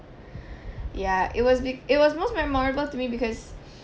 yeah it was be~ it was most memorable to me because